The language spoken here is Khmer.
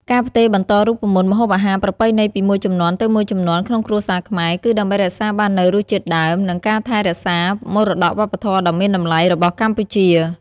ការផ្ទេរបន្តរូបមន្តម្ហូបអាហារប្រពៃណីពីមួយជំនាន់ទៅមួយជំនាន់ក្នុងគ្រួសារខ្មែរ គឺដើម្បីរក្សាបាននូវរសជាតិដើម និងការថែរក្សាមរតកវប្បធម៌ដ៏មានតម្លៃរបស់កម្ពុជា។